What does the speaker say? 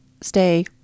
stay